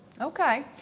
Okay